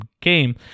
game